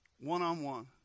one-on-one